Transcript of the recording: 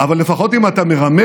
אבל לפחות אם אתה מרמה,